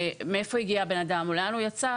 מאיפה הגיע בן אדם או לאן הוא יצא,